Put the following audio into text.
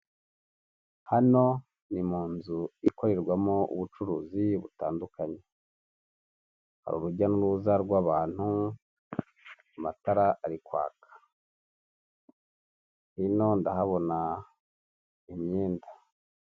Hano ni mu nzu ikorerwamo ubucuruzi butandukanye urujya n'uruza rw'abantu amatara ari kwaka, ndimo ndahabona imyenda .